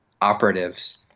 operatives